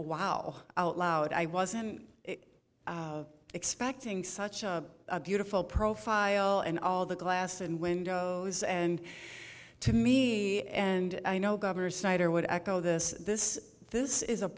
wow outloud i wasn't expecting such a beautiful profile and all the glass and windows and to me and i know governor snyder would echo this this this is a